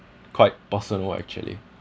quite personal actually